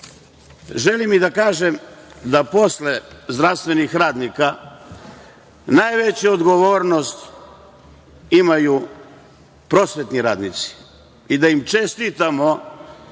da kažem da posle zdravstvenih radnika, najveću odgovornost imaju prosvetni radnici i da im čestitamo